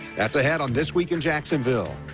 that's ahead on this week in jacksonville.